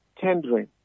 tendering